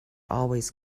always